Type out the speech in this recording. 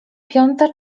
piąta